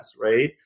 right